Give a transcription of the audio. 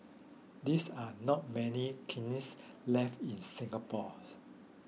these are not many kilns left in Singapore